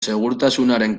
segurtasunaren